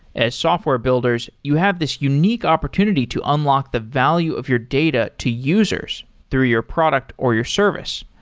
as software builders, you have this unique opportunity to unlock the value of your data to users through your product or your service.